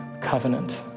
covenant